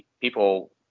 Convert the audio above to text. people